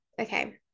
okay